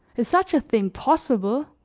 is such a thing possible?